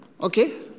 Okay